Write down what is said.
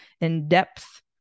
in-depth